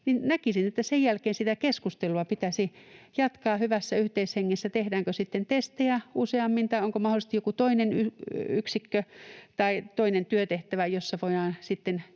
näkisin, että sen jälkeen sitä keskustelua pitäisi jatkaa hyvässä yhteishengessä. Tehdäänkö sitten testejä useammin tai onko mahdollisesti joku toinen yksikkö tai toinen työtehtävä, jossa voidaan sitten